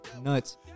Nuts